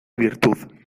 virtud